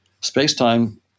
Space-time